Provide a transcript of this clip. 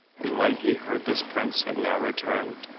and when he heard this prince had now returned,